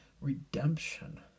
redemption